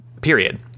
period